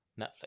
Netflix